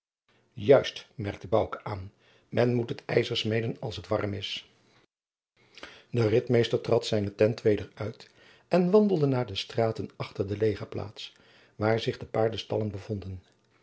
merkte bouke aan men moet het ijzer smeden als t warm is de ritmeester trad zijne tent weder uit en wandelde naar de straten achter de legerplaats waar zich de paardenstallen bevonden